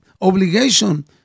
obligation